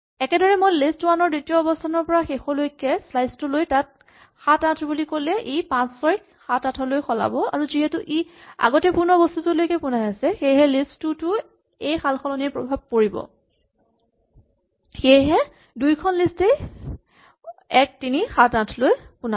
একেদৰেই মই লিষ্ট ৱানৰ দ্বিতীয় অৱস্হানৰ পৰা শেষলৈকে স্লাইচ টো লৈ তাক ৭৮ বুলি ক'লে ই ৫ ৬ ক ৭ ৮ লৈ সলাব আৰু যিহেতু ই আগতে পোনোৱা বস্তুটোলৈকে পোনাই আছে সেয়েহে লিষ্ট টু টো এই সালসলনিৰ প্ৰভাৱ পৰিব সেয়েহে দুয়োখন লিষ্টেই ১ ৩ ৭ ৮ লৈ পোনাব